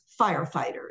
firefighters